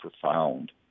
profound